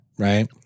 Right